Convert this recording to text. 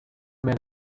man